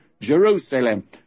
Jerusalem